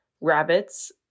rabbits